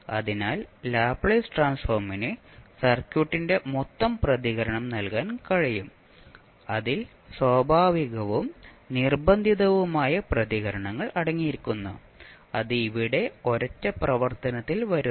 അതിനാൽ ലാപ്ലേസ് ട്രാൻസ്ഫോമിന് സർക്യൂട്ടിന്റെ മൊത്തം പ്രതികരണം നൽകാൻ കഴിയും അതിൽ സ്വാഭാവികവും നിർബന്ധിതവുമായ പ്രതികരണങ്ങൾ അടങ്ങിയിരിക്കുന്നു അത് ഇവിടെ ഒരൊറ്റ പ്രവർത്തനത്തിൽ വരുന്നു